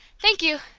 thank you!